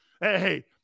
Hey